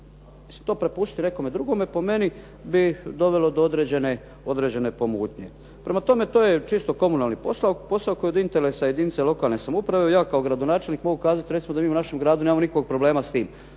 to prepustiti nekome drugome po meni bi dovelo do određene pomutnje. Prema tome, to je čisto komunalni posao od interesa jedinice lokalne samouprave. Ja kao gradonačelnik mogu kazat recimo da mi u našem gradu nemamo nikakvog problema s tim.